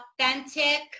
authentic